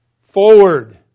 forward